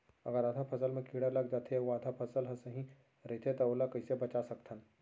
अगर आधा फसल म कीड़ा लग जाथे अऊ आधा फसल ह सही रइथे त ओला कइसे बचा सकथन?